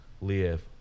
live